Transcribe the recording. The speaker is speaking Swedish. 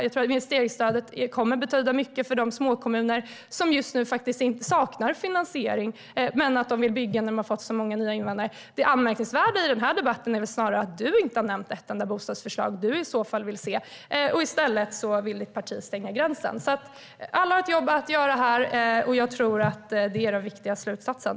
Jag tror att investeringsstödet kommer att betyda mycket för de småkommuner som just nu saknar finansiering men vill bygga när de har fått så många nya invånare. Det anmärkningsvärda i den här debatten är snarare att du inte har nämnt ett enda bostadsförslag som du vill se. I stället vill ditt parti stänga gränsen. Alla har ett jobb att göra här, och jag tror att det är den viktiga slutsatsen.